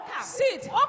Sit